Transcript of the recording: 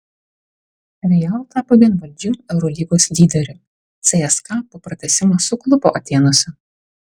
real tapo vienvaldžiu eurolygos lyderiu cska po pratęsimo suklupo atėnuose